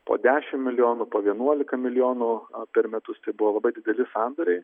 po dešimt milijonų po vienuoliką milijonų per metus tai buvo labai dideli sandoriai